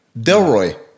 Delroy